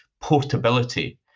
portability